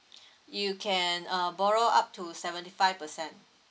you can uh borrow up to seventy five percent